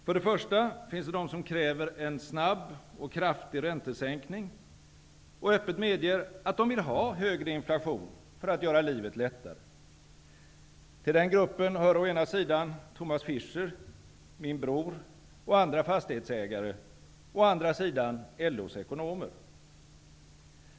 För det första finns det de som kräver en snabb och kraftig räntesänkning och öppet medger att de vill ha högre inflation för att göra livet lättare. Till den gruppen hör å ena sidan Thomas Fischer, min bror och andra fastighetsägare, å andra sidan LO:s ekonomer.